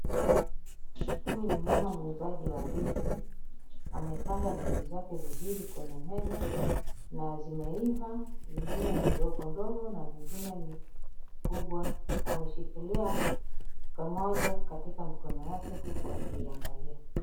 Huyu ni mama muuzaji wa ndizi, amepanga ndizi zake vizuri kwenye meza na zimeiva na zingine ni ndogo ndogo na zingine ni kubwa, ameshikilia moja katika mkono yake huku akiiangalia.